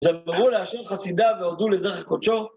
זמרו לאשר את חסידיו והודו לזרח קודשו.